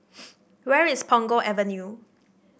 where is Punggol Avenue